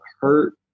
hurt